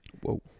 Whoa